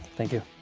thank you.